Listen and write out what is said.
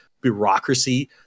bureaucracy